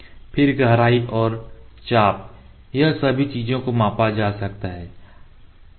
फिर गहराई और चाप यह सभी चीजों को मापा जा सकता है